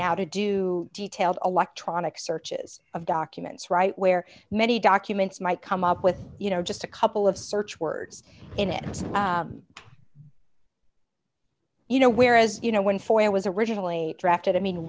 now to do detailed electronic searches of documents right where many documents might come up with you know just a couple of search words in it you know where as you know when for i was originally drafted i mean